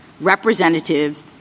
representative